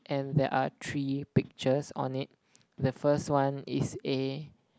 and there are three pictures on it the first one is a